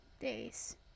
Days